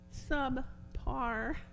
subpar